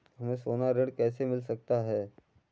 हमें सोना ऋण कैसे मिल सकता है?